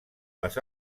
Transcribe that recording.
les